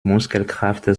muskelkraft